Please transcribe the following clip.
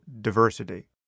diversity